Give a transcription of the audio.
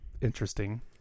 interesting